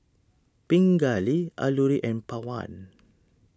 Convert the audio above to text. Pingali Alluri and Pawan